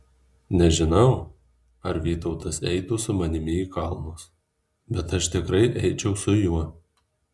nežinau ar vytautas eitų su manimi į kalnus bet aš tikrai eičiau su juo